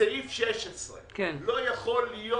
סעיף 16. לא יכול להיות